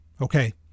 okay